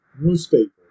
newspaper